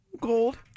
Gold